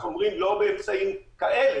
אנחנו אומרים: לא באמצעים כאלה,